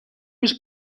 was